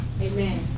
Amen